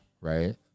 right